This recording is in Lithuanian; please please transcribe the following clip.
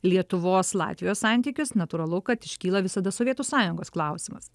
lietuvos latvijos santykius natūralu kad iškyla visada sovietų sąjungos klausimas